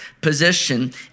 position